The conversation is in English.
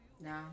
No